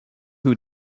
who